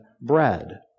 bread